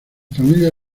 familia